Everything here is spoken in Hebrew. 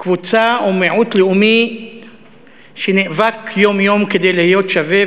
מקבוצה או מיעוט לאומי שנאבק יום-יום כדי להיות שווה,